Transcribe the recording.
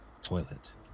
toilet